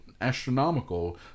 astronomical